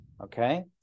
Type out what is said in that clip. Okay